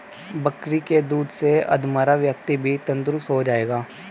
बकरी के दूध से अधमरा व्यक्ति भी तंदुरुस्त हो जाएगा